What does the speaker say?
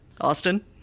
Austin